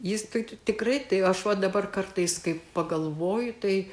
jis tai tikrai tai aš va dabar kartais kai pagalvoju tai